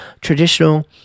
traditional